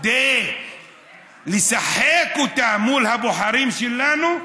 כדי לשחק אותה מול הבוחרים שלנו,